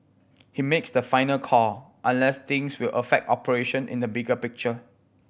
he makes the final call unless things will affect operation in the bigger picture